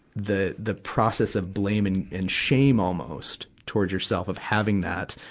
the, the process of blame and and shame almost toward yourself of having that.